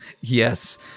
Yes